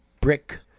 brick